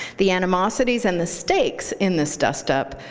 the animosities, and the stakes in this dustup,